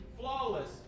flawless